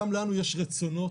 גם לנו יש רצונות,